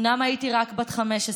אומנם הייתי רק בת 15,